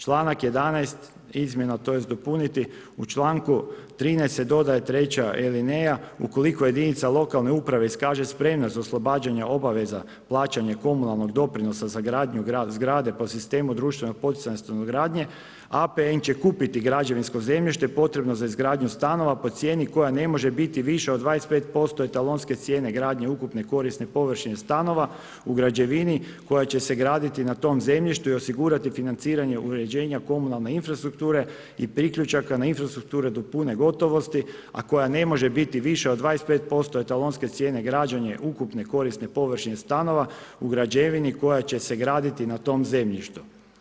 Čl. 11, izmjena tj. dopuniti, u čl. 13 se dodaje 3 elineja, ukoliko jedinice lokalne uprave iskaže spremnost za oslobađanja obveza plaćanje komunalnog doprinosa za gradnju zgrade po sistemu društvenog poticanja stanogradnje, APN će kupiti građevinskog zemljište, potrebno za izgradnju stanova, po cijeni koja ne može biti više od 25% etalonske cijene gradnje ukupne korisne površine stanova u građevini, koja će se graditi na tom zemljištu i osigurati financiranje uređenja komunalne infrastrukture i priključaka na infrastrukture nadopune gotovosti, a koja ne može biti viša od 25% etalonske cijene građenja ukupne korisne površine stanova u građevini koja će se graditi na tom zemljištu.